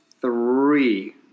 three